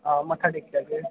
हां मत्था टेकी लैगे